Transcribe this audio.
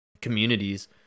communities